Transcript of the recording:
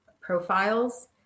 profiles